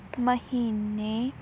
ਮਹੀਨੇ